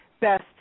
best